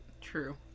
True